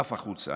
עף החוצה.